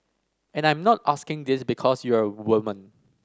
and I'm not asking this because you're a woman